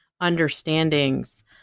understandings